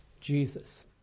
Jesus